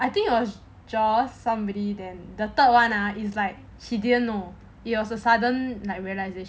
I think it was joyce somebody then the third one ah is like he didn't know it was a sudden like realisation